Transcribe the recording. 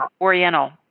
Oriental